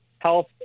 health